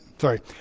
sorry